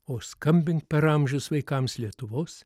o skambink per amžius vaikams lietuvos